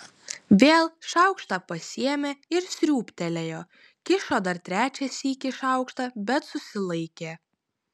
vėl šaukštą pasiėmė ir sriūbtelėjo kišo dar trečią sykį šaukštą bet susilaikė